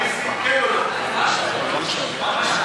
כן או לא?